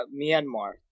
Myanmar